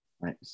right